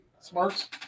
smarts